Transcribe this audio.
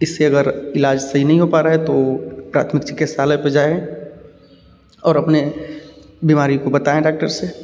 इससे अगर ईलाज सही नहीं हो पा रहा है तो प्राथमिक चिकित्सालय पे जाएं और अपने बीमारी को बताएँ डाक्टर से